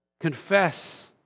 Confess